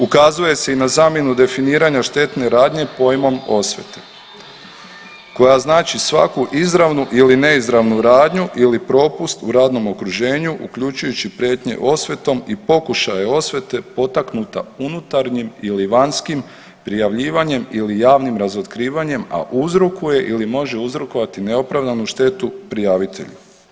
Ukazuje se i na zamjenu definiranja štetne radnje pojmom osvete koja znači svaku izravnu ili neizravnu radnju ili propust u radnom okruženju uključujući prijetnje osvetom i pokušaj osvete potaknuta unutarnjim ili vanjskim prijavljivanjem ili javnim razotkrivanjem, a uzrokuje ili može uzrokovati neopravdanu štetu prijavitelju.